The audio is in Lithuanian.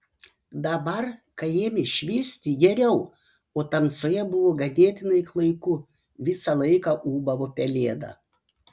dabar kai ėmė švisti geriau o tamsoje buvo ganėtinai klaiku visą laiką ūbavo pelėda